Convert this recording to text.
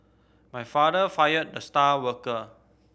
my father fired the star worker